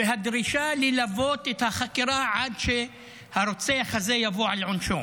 והדרישה היא ללוות את החקירה עד שהרוצח הזה יבוא על עונשו.